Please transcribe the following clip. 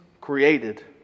created